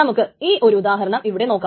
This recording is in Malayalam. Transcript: നമുക്ക് ഈ ഒരു ഉദാഹരണം ഇവിടെ നോക്കാം